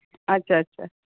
ᱟᱪᱪᱷᱟ